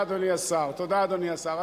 יודעים לקרוא את השפתיים של הפוליטיקאים,